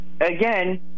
again